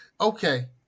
okay